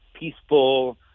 Peaceful